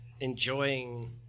enjoying